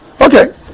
Okay